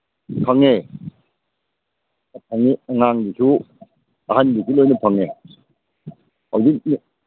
ꯐꯪꯉꯦ ꯐꯪꯉꯤ ꯑꯉꯥꯡꯒꯤꯁꯨ ꯑꯍꯟꯒꯤꯁꯨ ꯂꯣꯏꯅ ꯐꯪꯉꯦ ꯍꯧꯖꯤꯛꯇꯤ